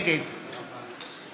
נגד